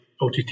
OTT